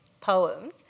poems